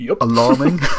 alarming